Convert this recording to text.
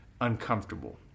uncomfortable